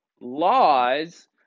laws